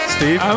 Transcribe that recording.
Steve